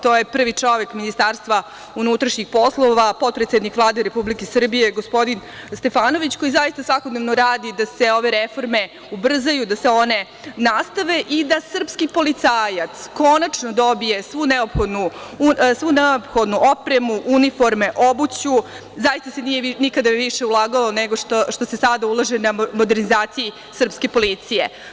To je prvi čovek MUP, potpredsednik Vlade Republike Srbije, gospodin Stefanović, koji zaista svakodnevno radi da se ove reforme ubrzaju, da se ove reforme nastave i da srpski policajac konačno dobije svu neophodnu opremu, uniforme, obuću, zaista se nikada više nije ulagalo nego što se sada ulaže na modernizaciji srpske policije.